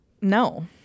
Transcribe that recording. no